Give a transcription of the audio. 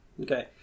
Okay